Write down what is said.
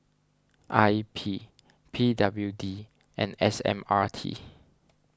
I P P W D and S M R T